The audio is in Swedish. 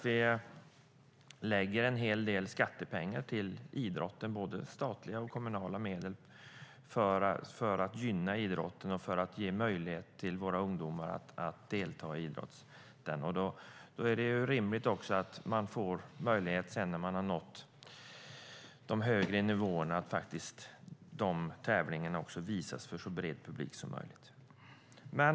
Vi lägger ju en hel del skattepengar på idrotten - både statliga och kommunala medel - för att gynna den och ge våra ungdomar möjlighet att delta i idrott. Då är det också rimligt att tävlingarna när de har nått de högre nivåerna visas för en så bred publik som möjligt.